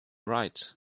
right